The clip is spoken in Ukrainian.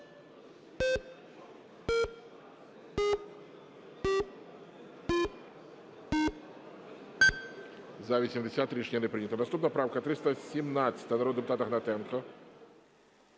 За-80 Рішення не прийнято. Наступна правка 317 народного депутата Гнатенка.